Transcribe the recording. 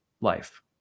life